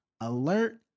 Alert